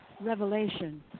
revelation